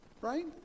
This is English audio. Right